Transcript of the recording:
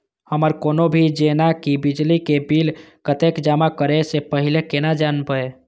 हमर कोनो भी जेना की बिजली के बिल कतैक जमा करे से पहीले केना जानबै?